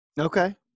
Okay